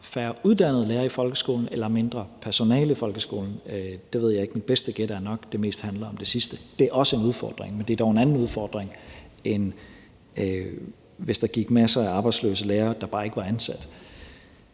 færre uddannede lærere i folkeskolen eller mindre personale i folkeskolen, ved jeg ikke. Mit bedste gæt er nok, at det mest handler om det sidste. Det er også en udfordring, men det er dog en anden udfordring, end hvis der gik masser af arbejdsløse lærere rundt og bare ikke var ansat.